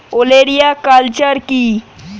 ওলেরিয়া কালচার কি?